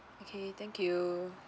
okay thank you